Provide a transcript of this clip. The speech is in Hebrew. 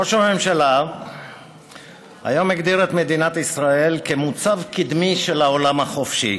ראש הממשלה היום הגדיר את מדינת ישראל כמוצב קדמי של העולם החופשי,